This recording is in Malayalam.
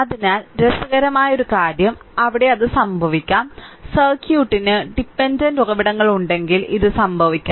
അതിനാൽ രസകരമായ ഒരു കാര്യം അവിടെ അത് സംഭവിക്കാം സർക്യൂട്ടിന് ഡിപെൻഡന്റ് ഉറവിടങ്ങളുണ്ടെങ്കിൽ ഇത് സംഭവിക്കാം